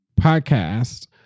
podcast